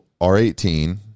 R18